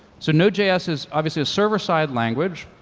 so node js is obviously a server side language,